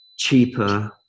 cheaper